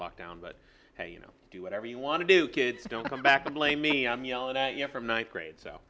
locked down but hey you know do whatever you want to do kids don't come back to blame me i'm yelling at you from ninth grade so